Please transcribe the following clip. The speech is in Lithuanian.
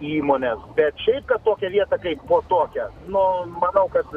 įmonės bet šiaip kad tokią vietą kaip po tokią nu manau kad